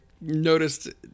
noticed